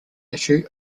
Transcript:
issue